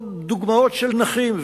או דוגמאות של נכים.